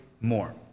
more